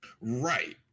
Right